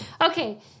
Okay